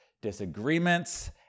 disagreements